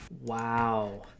Wow